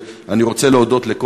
אני רוצה להודות לך,